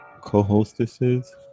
co-hostesses